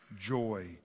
joy